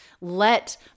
Let